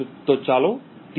તો ચાલો T0